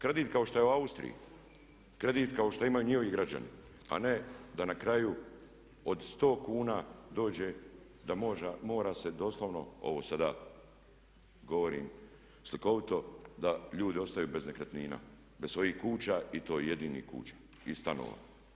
Kredit kao što je u Austriji, kredit kao što imaju njihovi građani, a ne da na kraju od 100 kuna dođe da mora se doslovno ovo sada govorim slikovito da ljudi ostaju bez nekretnina, bez svojih kuća i to jedinih kuća i stanova.